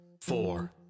four